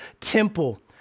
temple